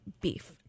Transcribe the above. beef